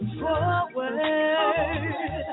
forward